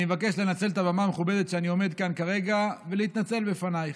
אני מבקש לנצל את הבמה המכובדת כשאני עומד כאן כרגע ולהתנצל בפנייך.